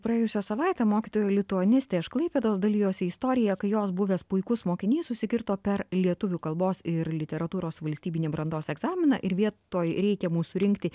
praėjusią savaitę mokytoja lituanistė iš klaipėdos dalijosi istorija kai jos buvęs puikus mokinys susikirto per lietuvių kalbos ir literatūros valstybinį brandos egzaminą ir vietoj reikiamų surinkti